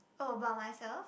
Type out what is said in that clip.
all about myself